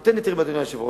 אדוני היושב-ראש,